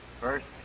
First